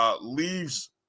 leaves